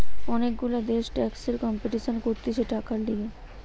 অনেক গুলা দেশ ট্যাক্সের কম্পিটিশান করতিছে টাকার লিগে